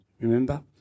remember